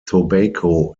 tobacco